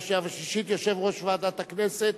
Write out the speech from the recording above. שנייה ולקריאה שלישית יושב-ראש ועדת הכנסת.